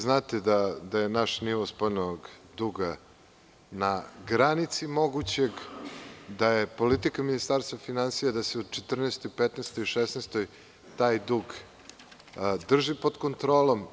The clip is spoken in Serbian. Znate da je naš nivo spoljnog duga na granici mogućeg, da je politika Ministarstva finansija da se u 2014, 2015, 2016. godini drži pod kontrolom.